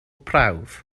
prawf